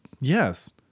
Yes